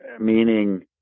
meaning